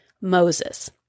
Moses